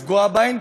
כדי שלא לפגוע בהן.